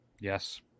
yes